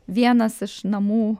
vienas iš namų